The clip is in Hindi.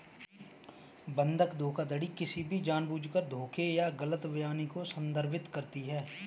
बंधक धोखाधड़ी किसी भी जानबूझकर धोखे या गलत बयानी को संदर्भित करती है